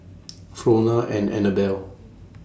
Frona and Annabelle